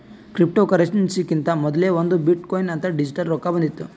ಕ್ರಿಪ್ಟೋಕರೆನ್ಸಿಕಿಂತಾ ಮೊದಲೇ ಒಂದ್ ಬಿಟ್ ಕೊಯಿನ್ ಅಂತ್ ಡಿಜಿಟಲ್ ರೊಕ್ಕಾ ಬಂದಿತ್ತು